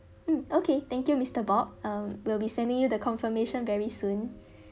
mm okay thank you mister bob uh we'll be sending you the confirmation very soon